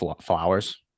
flowers